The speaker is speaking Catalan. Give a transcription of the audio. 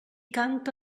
canta